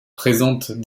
présentent